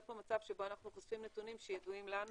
פה מצב שבו אנחנו חושפים נתונים שידועים לנו